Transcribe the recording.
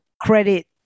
credit